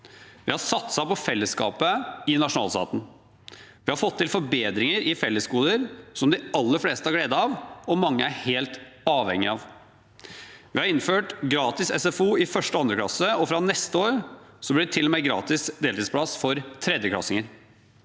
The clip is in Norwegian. Vi har satset på fellesskapet i nasjonalstaten. Vi har fått til forbedringer i fellesgoder som de aller fleste har glede av, og mange er helt avhengig av. Vi har innført gratis SFO i 1. og 2. klasse, og fra neste år blir det til og med gratis deltidsplass for tredjeklassinger.